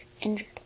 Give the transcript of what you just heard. injured